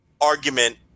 argument